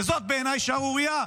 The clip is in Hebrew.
וזאת בעיניי שערורייה.